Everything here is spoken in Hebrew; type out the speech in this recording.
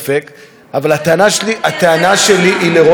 אבל הטענה שלי, הטענה שלי היא לראש הממשלה,